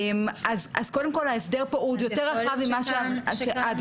אז קודם כל ההסדר פה הוא עוד יותר ממה שאדלר המליצו.